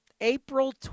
April